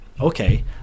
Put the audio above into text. Okay